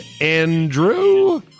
Andrew